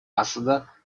асада